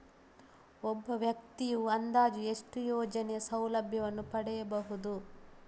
ಒಬ್ಬ ವ್ಯಕ್ತಿಯು ಅಂದಾಜು ಎಷ್ಟು ಯೋಜನೆಯ ಸೌಲಭ್ಯವನ್ನು ಪಡೆಯಬಹುದು?